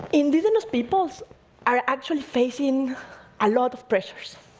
indigenous peoples are actually facing a lot of pressures.